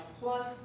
plus